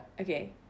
Okay